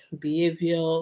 behavior